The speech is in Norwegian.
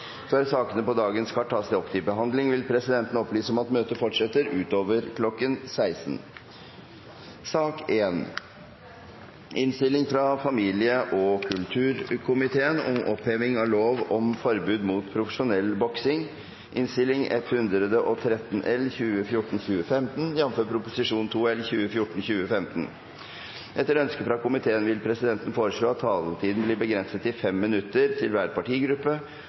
Før sakene på dagens kart tas opp til behandling, vil presidenten opplyse om at møtet fortsetter utover kl. 16. Etter ønske fra familie- og kulturkomiteen vil presidenten foreslå at taletiden blir begrenset til 5 minutter til hver partigruppe